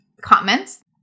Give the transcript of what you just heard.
Comments